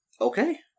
Okay